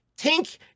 Tink